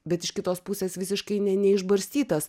bet iš kitos pusės visiškai ne neišbarstytas